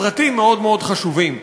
הפרטים מאוד מאוד חשובים.